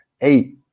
eight